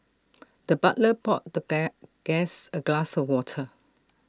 the butler poured the guest A glass of water